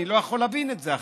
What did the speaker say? אני לא יכול להבין את זה.